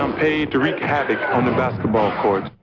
um paid to wreak havoc on the basketball court.